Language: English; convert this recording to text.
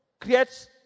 creates